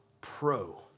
pro